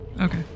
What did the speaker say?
Okay